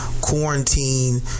quarantine